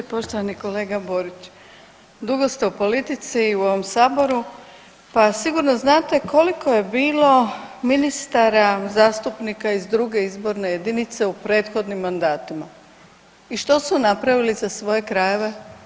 Poštovani kolega Borić dugo ste u politici i u ovom Saboru pa sigurno znate koliko je bilo ministara zastupnika iz 2. izborne jedinice u prethodnom mandatu i što su napravili za svoje krajeve.